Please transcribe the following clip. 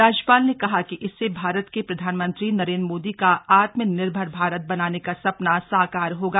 राज्यपाल ने कहा कि इससे भारत के प्रधानमंत्री नरेन्द्र मोदी का आत्मनिर्भर भारत बनाने का सपना साकार होगा